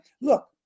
Look